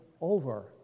over